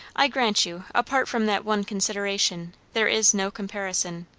i grant you, apart from that one consideration, there is no comparison.